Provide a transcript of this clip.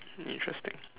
interesting